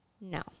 No